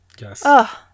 Yes